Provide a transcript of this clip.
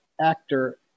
actor